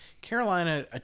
Carolina